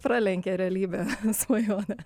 pralenkė realybę svajonė